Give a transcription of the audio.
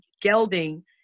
gelding